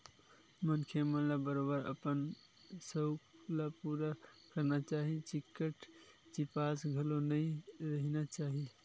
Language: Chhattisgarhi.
मनखे मन ल बरोबर अपन सउख ल पुरा करना चाही निच्चट चिपास घलो नइ रहिना चाही